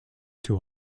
too